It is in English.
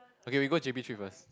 okay we go j_b trip first